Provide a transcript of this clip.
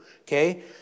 okay